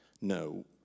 No